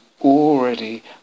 already